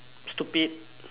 stupid